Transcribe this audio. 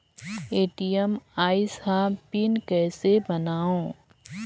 ATM आइस ह pin कइसे बनाओ?